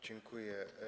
Dziękuję.